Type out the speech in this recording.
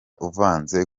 uvanze